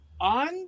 On